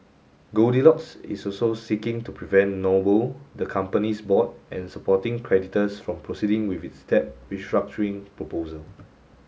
goldilocks is also seeking to prevent Noble the company's board and supporting creditors from proceeding with its debt restructuring proposal